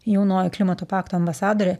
jaunoji klimato pakto ambasadorė